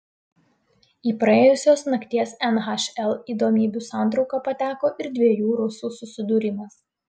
į praėjusios nakties nhl įdomybių santrauką pateko ir dviejų rusų susidūrimas